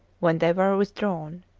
when they were withdrawn.